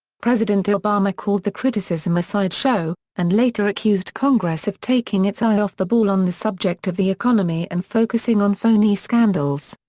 president obama called the criticism a sideshow and later accused congress of taking its eye off the ball on the subject of the economy and focusing on phony scandals.